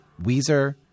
Weezer